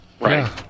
Right